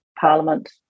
Parliament